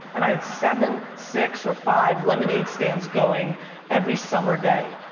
and i had seven, six, or five lemonade stands going every summer day.